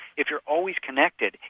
if you're always connected,